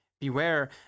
Beware